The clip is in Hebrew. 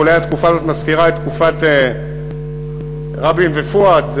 ואולי התקופה הזאת מזכירה את תקופת רבין ופואד,